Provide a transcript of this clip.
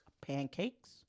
pancakes